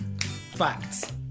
Facts